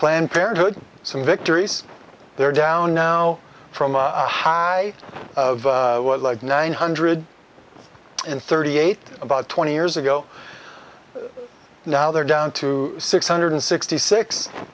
planned parenthood some victories they're down now from a high of was like nine hundred thirty eight about twenty years ago now they're down to six hundred sixty six